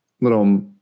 little